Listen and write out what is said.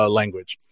language